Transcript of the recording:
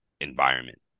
environment